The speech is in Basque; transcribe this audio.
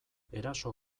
eraso